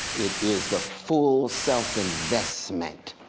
it is the full self-investment